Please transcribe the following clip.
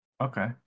Okay